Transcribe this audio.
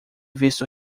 visto